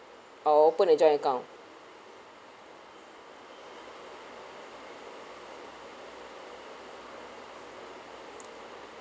or open a joint account